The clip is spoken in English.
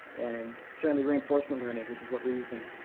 and certainly reinforcement learning, which is what we're using,